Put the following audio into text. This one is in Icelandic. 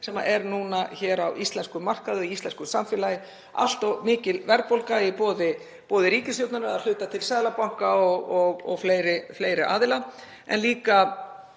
sem er núna á íslenskum markaði og í íslensku samfélagi, allt of mikil verðbólga í boði ríkisstjórnarinnar og að hluta til Seðlabankans og fleiri aðila. Það er líka